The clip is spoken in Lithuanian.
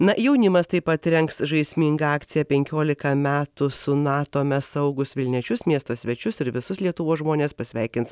na jaunimas taip pat rengs žaismingą akciją penkiolika metų su nato mes saugūs vilniečius miesto svečius ir visus lietuvos žmones pasveikins